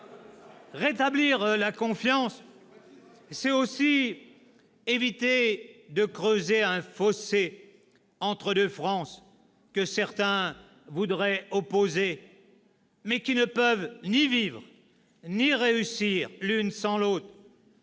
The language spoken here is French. Rétablir la confiance, c'est aussi éviter de creuser un fossé entre deux France que certains voudraient opposer, mais qui ne peuvent ni vivre ni réussir l'une sans l'autre